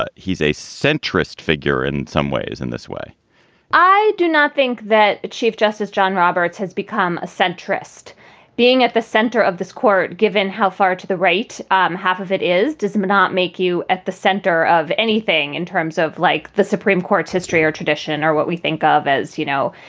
ah he's a centrist figure in some ways in this way i do not think that chief justice john roberts has become a centrist being at the center of this court, given how far to the right um half of it is, does um not make you at the center of anything in terms of like the supreme court's history or tradition or what we think of, as, you know,